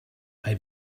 mae